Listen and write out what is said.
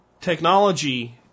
technology